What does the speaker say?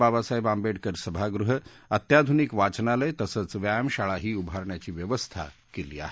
बाबासाहेब आंबेडकर सभागृह अत्याधुनिक वाचनालय तसंच व्यायाम शाळाही उभारण्याची व्यवस्था केली आहे